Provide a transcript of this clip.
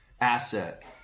asset